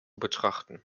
betrachten